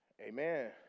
Amen